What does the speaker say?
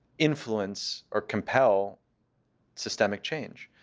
influence or compel systemic change.